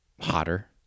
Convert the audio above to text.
hotter